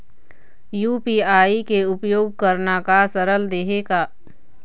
UPI के उपयोग करना का सरल देहें का?